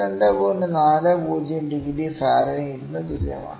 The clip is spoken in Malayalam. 40 ഡിഗ്രി ഫാരൻഹീറ്റിന് തുല്യമാണ്